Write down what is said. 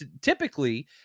typically